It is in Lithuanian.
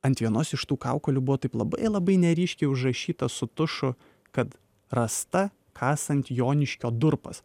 ant vienos iš tų kaukolių buvo taip labai labai neryškiai užrašyta su tušu kad rasta kasant joniškio durpas